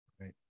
right